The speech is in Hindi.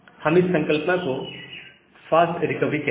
हम इस संकल्पना को फास्ट रिकवरी कहते हैं